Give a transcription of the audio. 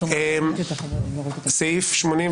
סעיף 80,